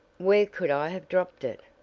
where could i have dropped it?